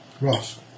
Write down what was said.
Ross